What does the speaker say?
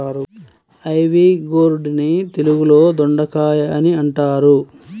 ivy gourd ని తెలుగులో దొండకాయ అని అంటారు